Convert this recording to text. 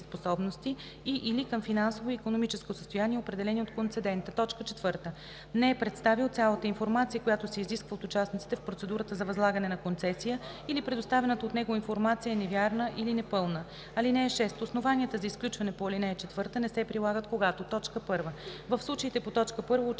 и/или към финансово и икономическо състояние, определени от концедента; 4. не е представил цялата информация, която се изисква от участниците в процедурата за възлагане на концесия, или предоставената от него информация е невярна или непълна. (6) Основанията за изключване по ал. 4 не се прилагат, когато: 1. в случаите по т. 1 участникът